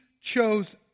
chose